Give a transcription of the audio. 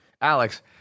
Alex